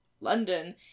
london